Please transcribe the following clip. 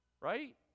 right